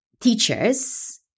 teachers